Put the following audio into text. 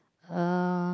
um